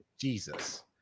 Jesus